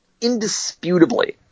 indisputably